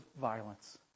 violence